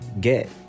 get